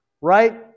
right